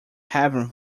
heaven